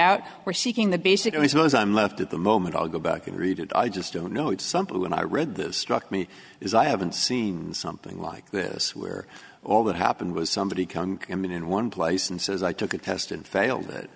out we're seeking the basic i suppose i'm left at the moment i'll go back and read it i just don't know it's something when i read this struck me as i haven't seen something like this where all that happened was somebody coming i mean in one place and says i took a test and failed it